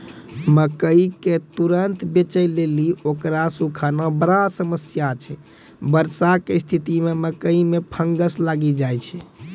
मकई के तुरन्त बेचे लेली उकरा सुखाना बड़ा समस्या छैय वर्षा के स्तिथि मे मकई मे फंगस लागि जाय छैय?